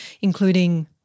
including